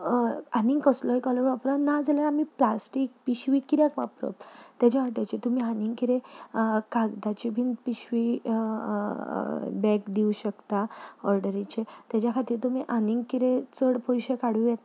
आनीक कसलोय कलर वापरात ना जाल्यार आमी प्लास्टीक पिशवी कित्याक वापरप तेच्या वांट्याचें तुमी आनीक कितें कागदाची बीन पिशवी बॅग दिवूं शकता ऑर्डरिचें तेच्या खातीर तुमी आनीक कितें चड पयशे काडूं येता